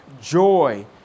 joy